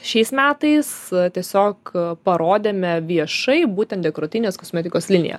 šiais metais tiesiog parodėme viešai būtent dekoratyvinės kosmetikos liniją